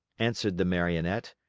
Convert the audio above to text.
answered the marionette.